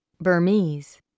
Burmese